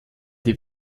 die